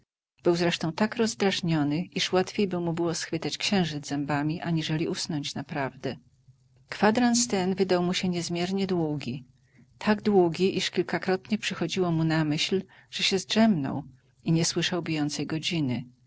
zresztą tak rozdrażniony iż łatwiejby mu było schwytać księżyc zębami aniżeli usnąć naprawdę kwadrans ten wydał mu się niezmiernie długi tak długi iż kilkakrotnie przychodziło mu na myśl że się zdrzemnął i nie słyszał bijącej godziny